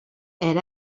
elle